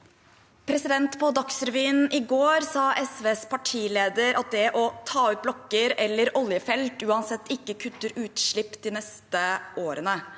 På Dagsrevyen i går sa SVs partileder at det å ta ut blokker eller oljefelt uansett ikke kutter utslipp de neste årene.